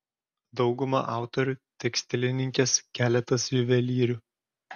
dauguma autorių tekstilininkės keletas juvelyrių